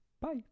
Bye